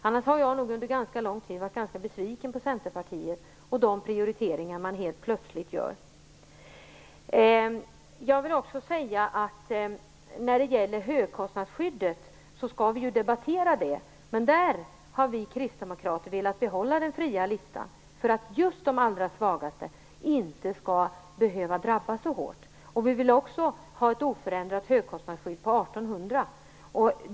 Annars har jag under ganska lång tid varit ganska besviken på Centerpartiet och de prioriteringar det helt plötsligt gör. Vi skall ju debattera högskostnadsskyddet. Där har vi kristdemokrater velat behålla den fria listan för att just de allra svagaste inte skall behöva drabbas så hårt. Vi vill även ha ett oförändrat högskostnadsskydd på 1 800 kr.